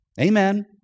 Amen